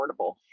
affordable